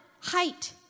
height